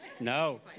No